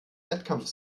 wettkampf